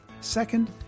Second